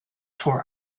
tore